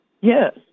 Yes